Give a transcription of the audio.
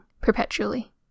perpetually